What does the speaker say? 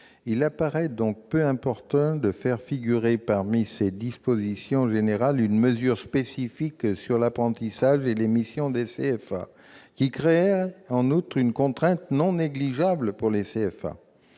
Il apparaît donc peu opportun de faire figurer parmi ces dispositions générales une mesure spécifique sur l'apprentissage et les missions des CFA, qui créerait en outre une contrainte non négligeable pour les CFA.